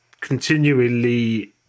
continually